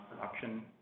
production